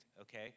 okay